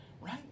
Right